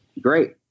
great